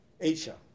Asia